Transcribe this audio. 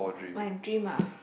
my dream ah